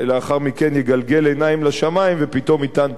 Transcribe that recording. יגלגל עיניים לשמים ופתאום יטען טענות אחרות.